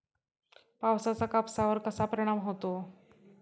पावसाचा कापसावर कसा परिणाम होतो?